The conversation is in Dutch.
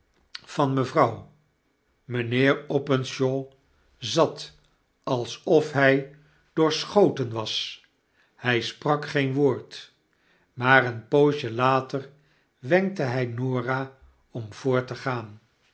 eerste manvanmevrouw mijnheer openshaw zat alsof hy doorschoten was hy sprak geen woord maar een poosje later wenkte hy norah om voort te gaan